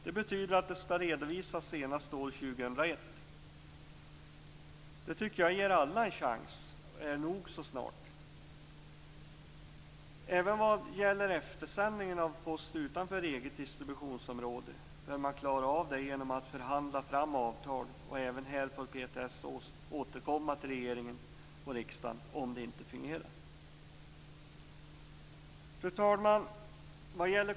Det betyder att det skall redovisas senast år 2001. Det tycker jag ger alla en chans nog så snart. Även eftersändningen av post utanför eget distributionsområde bör man klara av genom att förhandla fram avtal. Även i detta sammanhang får PTS återkomma till regeringen och riksdagen om det inte fungerar. Fru talman!